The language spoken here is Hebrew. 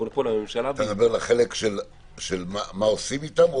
אתה מדבר, מה עושים אתם?